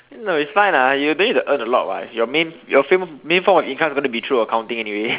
no it's fine lah you don't need to earn a lot [what] your main your fa~ main form of income is going to be through accounting anyway